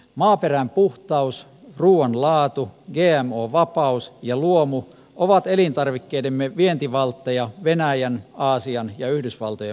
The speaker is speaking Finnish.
maaperän puhtaus ruuan laatu gmo vapaus ja luomu ovat elintarvikkeidemme vientivaltteja venäjän aasian ja yhdysvaltojen markkinoilla